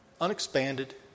unexpanded